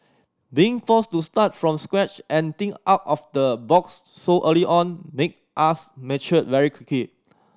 being forced to start from scratch and think out of the box so early on make us mature very